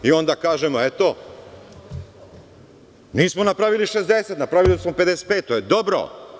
I onda kažemo, eto, nismo napravili 60, napravili smo 55, to je dobro.